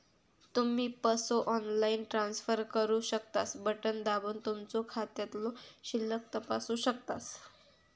तुम्ही पसो online transfer करू शकतास, बटण दाबून तुमचो खात्यातलो शिल्लक तपासू शकतास